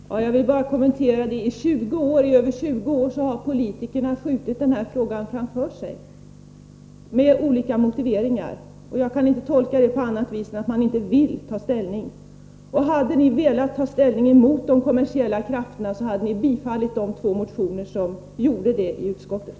Herr talman! Jag vill bara göra den kommentaren att politikerna i över 20 år har skjutit denna fråga framför sig med olika motiveringar. Jag kan inte tolka det på annat vis än att man inte vill ta ställning. Om ni hade velat ta ställning emot de kommersiella krafterna, hade ni i utskottet tillstyrkt de två motioner där man gör det.